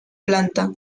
planta